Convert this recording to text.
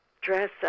dress